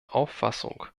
auffassung